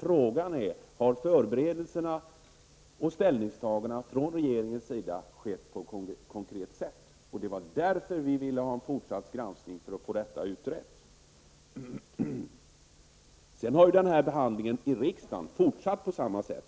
Frågan är: Har förberedelserna och ställningstagandena från regeringens sida skett på ett korrekt sätt? Det var för att få denna fråga utredd som vi ville ha en fortsatt granskning. Behandlingen i riksdagen har ju fortsatt på samma sätt.